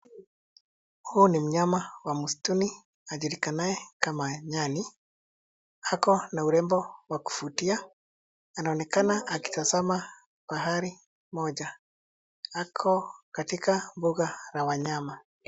Huu ni mnyama wa msituni ajulikanaye kama nyani, ako na urembo wa kuvutia. Anaonekana akitazama mahali moja. Ako katika mbuga la wanyama.